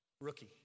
rookie